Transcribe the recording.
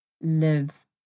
live